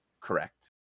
Correct